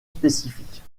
spécifiques